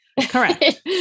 Correct